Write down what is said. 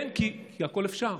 כן, כי הכול אפשר.